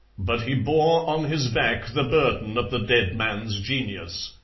but he bore on his back the burden of the dead man's genius.